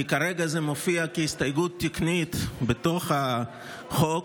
כי כרגע זה מופיע כהסתייגות תקנית בתוך החוק,